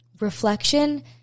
reflection